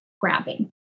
grabbing